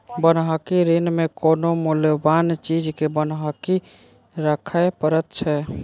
बन्हकी ऋण मे कोनो मूल्यबान चीज के बन्हकी राखय पड़ैत छै